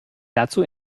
dazu